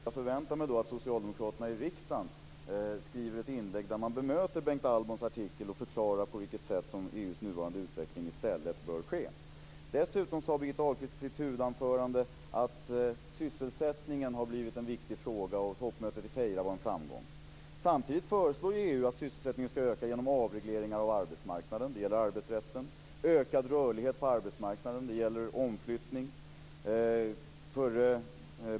Fru talman! Ett utmärkt besked. Jag förväntar mig då att socialdemokraterna i riksdagen skriver ett inlägg där man bemöter Bengt Albons artikel och förklara på vilket sätt EU:s utveckling i stället bör ske. Dessutom sade Birgitta Ahlqvist i sitt huvudanförande att sysselsättningen har blivit en viktig fråga och att toppmötet i Feira var en framgång. Samtidigt föreslår EU att sysselsättningen ska öka genom avregleringar av arbetsmarknaden. Det gäller arbetsrätten. Man föreslår ökad rörlighet på arbetsmarknaden. Det gäller omflyttning.